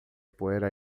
poeira